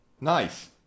Nice